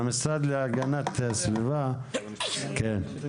המשרד להגנת הסביבה, בבקשה.